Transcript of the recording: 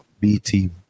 B-team